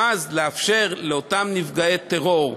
ואז, לאפשר לאותם נפגעי טרור,